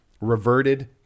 reverted